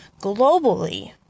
globally